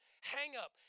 hang-up